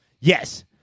yes